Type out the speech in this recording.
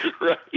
Right